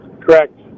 Correct